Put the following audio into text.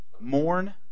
mourn